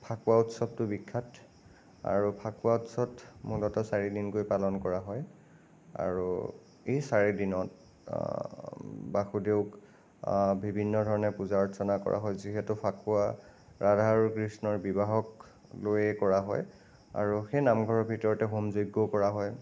ফাকুৱা উৎসৱটো বিখ্যাত আৰু ফাকুৱা উৎসৱত মুঠতে চাৰিদিনকৈ পালন কৰা হয় আৰু এই চাৰিদিনত বাসুদেৱওক বিভিন্ন ধৰণে পূজা অৰ্চনা কৰা হয় যিহেতু ফাকুৱা ৰাধা আৰু কৃষ্ণৰ বিবাহক লৈয়ে কৰা হয় আৰু সেই নামঘৰৰ ভিতৰতে হোম যজ্ঞ কৰা হয়